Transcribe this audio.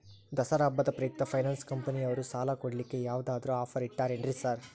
ದಸರಾ ಹಬ್ಬದ ಪ್ರಯುಕ್ತ ಫೈನಾನ್ಸ್ ಕಂಪನಿಯವ್ರು ಸಾಲ ಕೊಡ್ಲಿಕ್ಕೆ ಯಾವದಾದ್ರು ಆಫರ್ ಇಟ್ಟಾರೆನ್ರಿ ಸಾರ್?